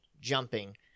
jumping